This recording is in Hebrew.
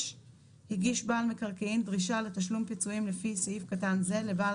הגיש בעל מקרקעין דרישה לתשלום פיצויים לפי סעיף קטן זה לבעל